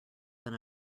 than